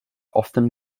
often